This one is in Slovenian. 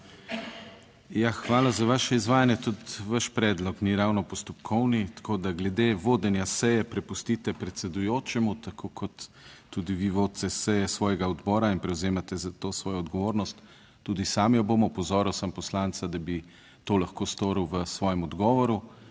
hvala za vaše izvajanje, tudi vaš predlog ni ravno postopkovni, tako da glede vodenja seje prepustite predsedujočemu, tako kot tudi vi vodite seje svojega odbora in prevzemate za to svojo odgovornost. Tudi sam jo bom opozoril sem poslanca, da bi to lahko storil v svojem odgovoru,